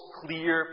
clear